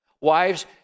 Wives